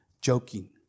joking